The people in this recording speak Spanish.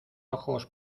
ojos